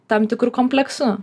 tam tikru kompleksu